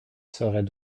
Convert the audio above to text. serait